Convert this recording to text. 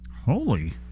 Holy